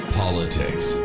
politics